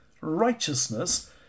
righteousness